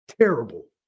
terrible